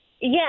Yes